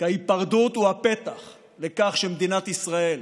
כי ההיפרדות היא הפתח לכך שמדינת ישראל